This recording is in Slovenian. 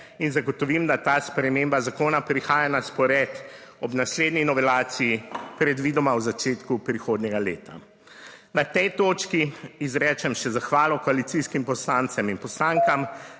in zagotovim, da ta sprememba zakona prihaja na spored ob naslednji novelaciji, predvidoma v začetku prihodnjega leta. Na tej točki izrečem še zahvalo koalicijskim poslancem in poslankam